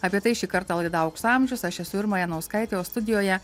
apie tai šį kartą laida aukso amžius aš esu irma janauskaitė o studijoje